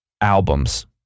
albums